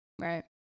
right